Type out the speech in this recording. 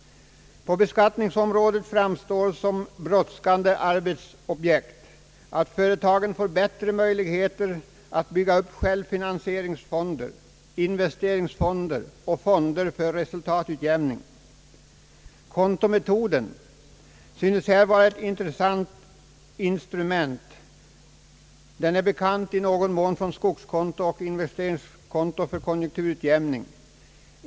På beskattningsområdet framstår som brådskande arbetsobjekt att företagen får bättre möjligheter att bygga upp självfinansieringsfonder, investeringsfonder och fonder för resultatutjämning. Kontometoden synes här vara ett intressant instrument. Den är bekant i någon mån från skogskonto och investeringskonto för konjunkturutjämning.